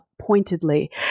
pointedly